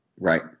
Right